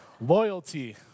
Loyalty